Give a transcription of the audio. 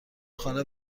خانه